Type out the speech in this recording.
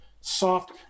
soft